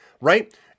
right